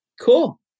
Cool